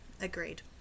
agreed